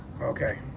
Okay